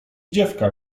dziewka